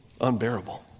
unbearable